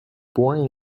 born